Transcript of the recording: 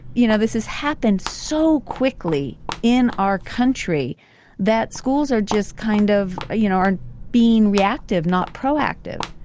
you know, this has happened so quickly in our country that schools are just kind of, you know, are being reactive, not proactive.